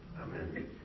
Amen